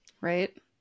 right